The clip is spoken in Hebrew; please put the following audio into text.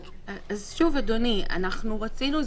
אז שוב, אדוני, אנחנו רצינו.